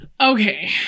Okay